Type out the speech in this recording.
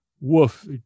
Woof